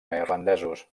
neerlandesos